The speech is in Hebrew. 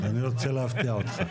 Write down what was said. אני רוצה להפתיע אותך.